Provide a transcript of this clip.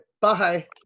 bye